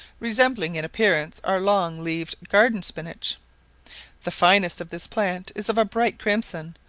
resembling in appearance our long-leaved garden spinach the finest of this plant is of a bright crimson,